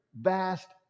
vast